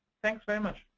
thanks very much.